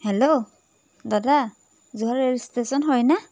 hello দাদা Jorhat rail station হয়নে